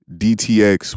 dtx